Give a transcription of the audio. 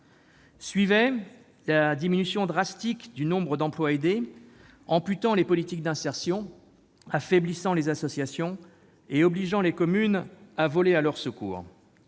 Suivaient la diminution drastique du nombre d'emplois aidés, amputant les politiques d'insertion, affaiblissant les associations et obligeant les communes à voler à leur secours,